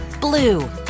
Blue